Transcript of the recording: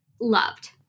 loved